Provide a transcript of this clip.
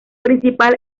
principal